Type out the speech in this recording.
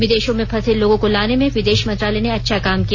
विदेशों में फंसे लोगों को लाने में विदेश मंत्रालय ने अच्छा काम किया